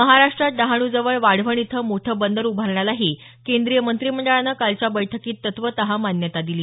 महाराष्ट्रात डहाणूजवळ वाढवण इथे मोठं बंदर उभारण्यालाही केंद्रीय मंत्रिमंडळानं कालच्या बैठकीत तत्वत मान्यता दिली